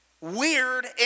Weird